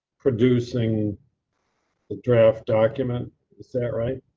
producing the draft document set, right?